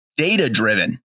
Data-driven